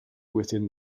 within